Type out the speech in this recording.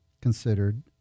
considered